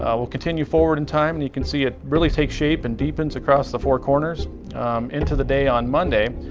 ah we'll continue forward in time, and you can see it really takes shape, and deepens across the four corners into the day on monday.